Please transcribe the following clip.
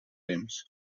temps